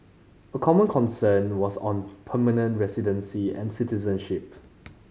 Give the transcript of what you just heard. a common concern was on permanent residency and citizenship